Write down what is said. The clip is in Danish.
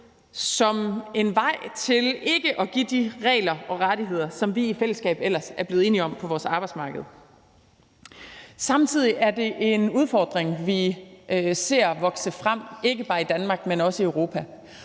som en vej til ikke at have de regler og give de rettigheder, som vi i fællesskab ellers er blevet enige om på vores arbejdsmarked. Det er en udfordring, vi ser brede sig, ikke bare i Danmark, men også i Europa,